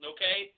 Okay